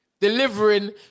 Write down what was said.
Delivering